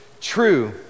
true